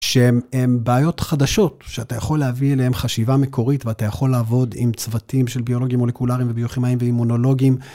שהן, הן בעיות חדשות, שאתה יכול להביא אליהן חשיבה מקורית, ואתה יכול לעבוד עם צוותים של ביולוגים מולקולריים וביוכי מים ואימונולוגיים.